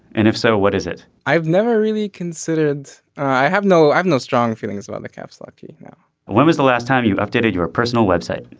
and if so what is it i've never really considered i have no i have no strong feelings about the caps lock you know when was the last time you updated your personal website.